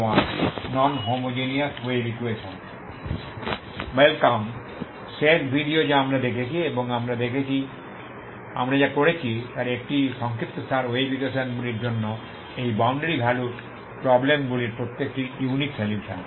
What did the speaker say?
welcome শেষ video যা আমরা দেখেছি এবং আমরা দেখেছি আমরা যা করেছি তার একটি সংক্ষিপ্তসার ওয়েভ ইকুয়েশন গুলির জন্য এই বাউন্ডারি ভ্যালু প্রবলেম গুলির প্রত্যেকটির ইউনিক সলিউশন